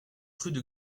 rue